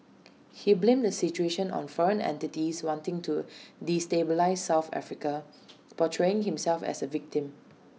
he blamed the situation on foreign entities wanting to destabilise south Africa portraying himself as A victim